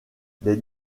des